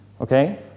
Okay